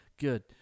good